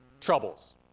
Troubles